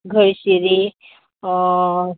गळशिरी